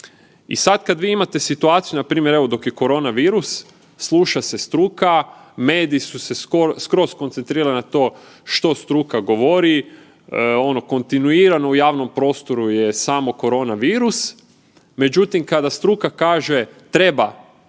I sad kad vi imate situaciju, npr. evo dok je koronavirus, sluša se struka, mediji su se skroz skoncentrirali na to što struka govori, ono kontinuirano u javnom prostoru je samo koronavirus, međutim, kada struka kaže treba